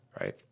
right